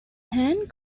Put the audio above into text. hand